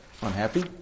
unhappy